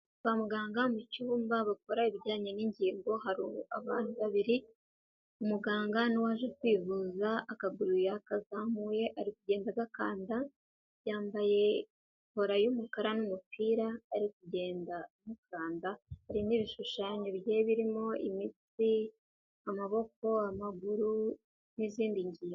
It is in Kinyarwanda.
Kwa muganga mu cyumba bavura ibijyanye n'ingingo hari abantu babiri, umuganga n'uwaje kwivuza, akaguru yakazamuye, ari kugenda agakanda. Yambaye kola y'umukara n'umupira ari kugenda amukanda n'ibishushanyo bigiye birimo imitsi, amaboko, amaguru n'izindi ngingo.